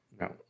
no